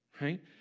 right